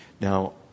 Now